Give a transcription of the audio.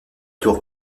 tour